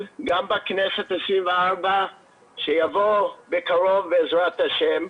גם בכנסת ה-24 שתבוא בקרוב בעזרת השם,